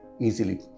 easily